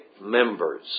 members